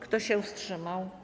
Kto się wstrzymał?